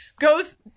Goes